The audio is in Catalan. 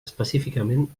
específicament